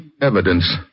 evidence